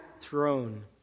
throne